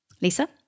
Lisa